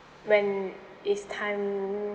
when it's time